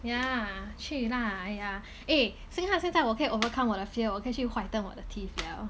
ya 去 lah !aiya! eh 所以看现在我可以 overcome 我的 fear 我可以去 whiten 我的 teeth liao